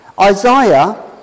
Isaiah